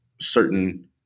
certain